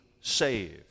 saved